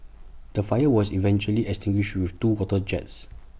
the fire was eventually extinguished with two water jets